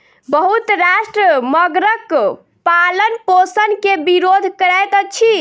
बहुत राष्ट्र मगरक पालनपोषण के विरोध करैत अछि